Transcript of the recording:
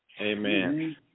Amen